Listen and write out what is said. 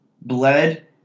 bled